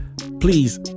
please